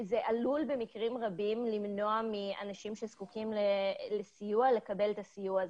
במקרים רבים זה עלול למנוע מאנשים שזקוקים לסיוע לקבל את הסיוע הזה.